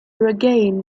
regain